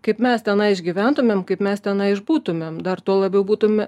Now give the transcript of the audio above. kaip mes tenai išgyventumėm kaip mes tenai iš būtumėm dar tuo labiau būtume